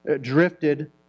drifted